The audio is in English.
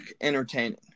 entertaining